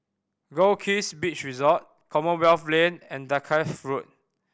Goldkist Beach Resort Commonwealth Lane and Dalkeith Road